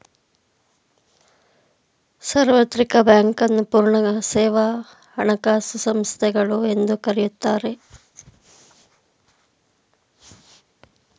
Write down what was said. ಸಾರ್ವತ್ರಿಕ ಬ್ಯಾಂಕ್ ನ್ನು ಪೂರ್ಣ ಸೇವಾ ಹಣಕಾಸು ಸಂಸ್ಥೆಗಳು ಎಂದು ಕರೆಯುತ್ತಾರೆ